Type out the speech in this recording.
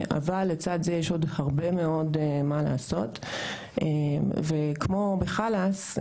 אבל לצד זה יש עוד הרבה מאוד מה לעשות וכמו ב-׳חלאסרטן׳,